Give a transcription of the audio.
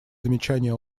замечания